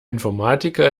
informatiker